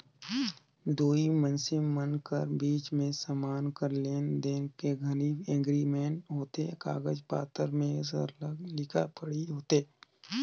दुई मइनसे मन कर बीच में समान कर लेन देन करे घनी एग्रीमेंट होथे कागज पाथर में सरलग लिखा पढ़ी होथे